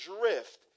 drift